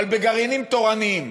אבל בגרעינים תורניים.